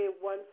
one